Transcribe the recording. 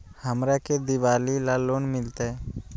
हमरा के दिवाली ला लोन मिलते?